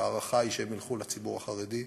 וההערכה היא שהן ילכו לציבור החרדי,